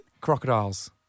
Crocodiles